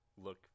look